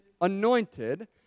anointed